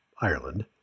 Ireland